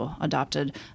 adopted